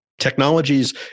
technologies